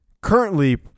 currently